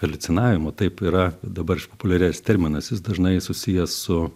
haliucinavimo taip yra dabar išpopuliarėjęs terminas jis dažnai susijęs su